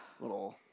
little